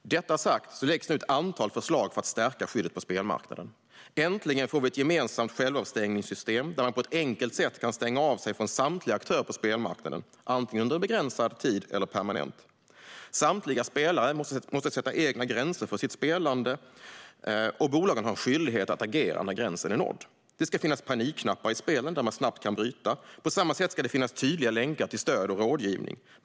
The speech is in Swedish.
Med detta sagt läggs nu ett antal förslag för att stärka skyddet på spelmarknaden. Äntligen får vi ett gemensamt självavstängningssystem där man på ett enkelt sätt kan stänga av sig från samtliga aktörer på spelmarknaden, antingen under en begränsad tidsperiod eller permanent. Samtliga spelare måste sätta egna gränser för sitt spelande, och bolagen har en skyldighet att agera när gränsen är nådd. Det ska finnas panikknappar i spelen där man snabbt kan bryta, och på samma sätt ska det finns tydliga länkar till stöd och rådgivning.